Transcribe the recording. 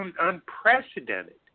unprecedented